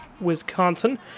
Wisconsin